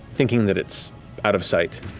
thinking that it's out of sight,